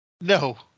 No